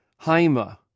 Haima